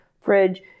fridge